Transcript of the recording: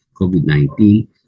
COVID-19